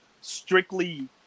strictly